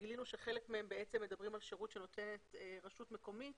שגילינו שחלק מהם מדברים על שירות שנותנת רשות מקומית